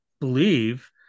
believe